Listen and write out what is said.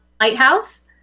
Lighthouse